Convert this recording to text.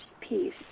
peace